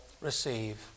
receive